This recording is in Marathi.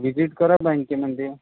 व्हिजिट करा बँकेमधे